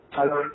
Hello